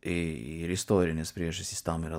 ir istorinės priežastys tam yra